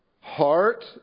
heart